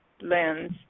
lens